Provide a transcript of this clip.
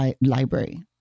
library